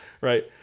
Right